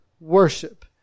worship